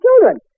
children